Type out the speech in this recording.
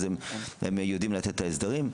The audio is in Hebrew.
והם יודעים לתת את ההסדרים.